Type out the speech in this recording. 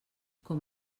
com